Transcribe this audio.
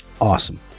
Awesome